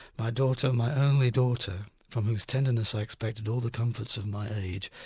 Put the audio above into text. my daughter, my only daughter, from whose tenderness i expected all the comforts of my age,